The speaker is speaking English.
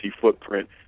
footprint